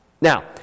Now